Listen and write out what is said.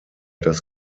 das